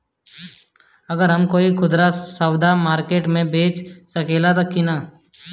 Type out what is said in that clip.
गर हम कोई खुदरा सवदा मारकेट मे बेच सखेला कि न?